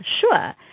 sure